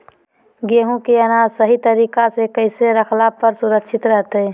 गेहूं के अनाज सही तरीका से कैसे रखला पर सुरक्षित रहतय?